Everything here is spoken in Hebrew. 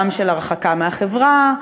גם של הרחקה מהחברה,